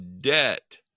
debt